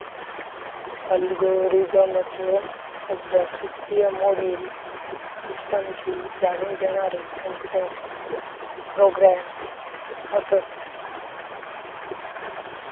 अल्गोरिदमचो अभ्यास, वित्तीय मोडेल, सिस्टमची जाणीव देणारे कॉम्प्युटर प्रोग्रॅम असत